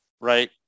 right